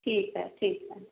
ठीक है ठीक है